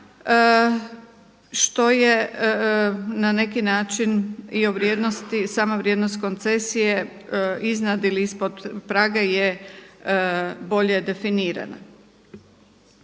što je na neki način i o vrijednosti, sama vrijednost koncesije iznad ili ispod praga je bolje definirana.